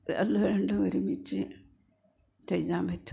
അത് രണ്ടും ഒരുമിച്ച് ചെയ്യാൻ പറ്റും